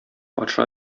патша